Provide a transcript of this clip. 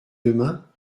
demain